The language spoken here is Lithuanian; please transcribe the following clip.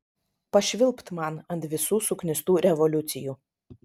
pašvilpt man ant visų suknistų revoliucijų